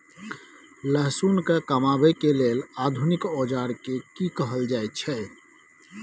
लहसुन के कमाबै के लेल आधुनिक औजार के कि कहल जाय छै?